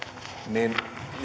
niin